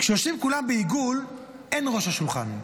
כשיושבים כולם בעיגול, אין ראש השולחן.